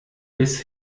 bis